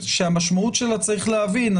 שהמשמעות שלה צריך להבין,